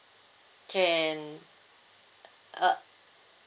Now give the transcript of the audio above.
can uh